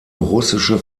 russische